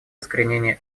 искоренения